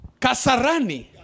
Kasarani